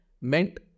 meant